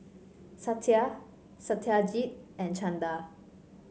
Satya Satyajit and Chanda